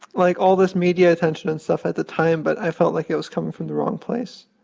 like, all this media attention and stuff at the time. but i felt like it was coming from the wrong place.